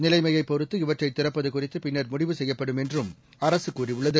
நிலைமையப் பொறுத்து இவற்றை திறப்பது குறித்து பின்னர் முடிவு செய்யப்படும் என்றும் அரசு கூறியுள்ளது